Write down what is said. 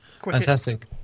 Fantastic